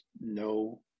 no